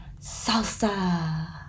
Salsa